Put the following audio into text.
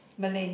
Malay